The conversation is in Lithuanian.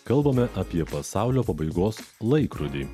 kalbame apie pasaulio pabaigos laikrodį